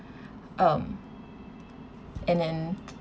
um and then